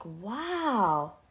wow